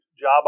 job